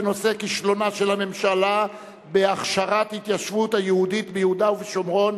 בנושא: כישלונה של הממשלה בהכשרת ההתיישבות היהודית ביהודה ובשומרון,